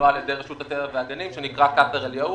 שמנוהל על ידי רשות הטבע והגנים שנקרא קאסר אל-יהוד,